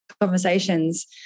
conversations